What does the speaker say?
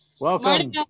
Welcome